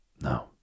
No